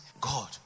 god